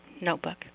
notebook